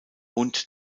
und